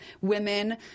women